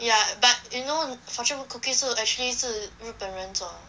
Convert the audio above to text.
ya but you know fortune cookies 是 actually 是日本人做的